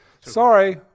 Sorry